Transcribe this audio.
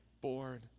born